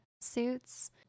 suits